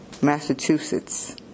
Massachusetts